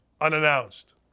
unannounced